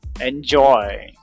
Enjoy